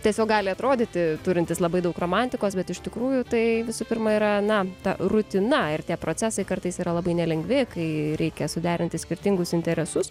tiesiog gali atrodyti turintis labai daug romantikos bet iš tikrųjų tai visų pirma yra na ta rutina ir tie procesai kartais yra labai nelengvi kai reikia suderinti skirtingus interesus